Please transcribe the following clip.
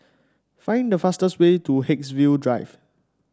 find the fastest way to Haigsville Drive